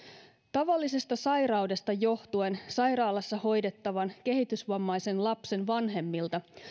tavallisesta sairaudesta johtuen sairaalassa hoidettavan kehitysvammaisen lapsen vanhemmilta